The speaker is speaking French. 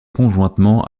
conjointement